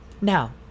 now